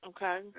Okay